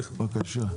בבקשה.